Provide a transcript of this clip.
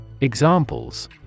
Examples